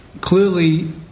clearly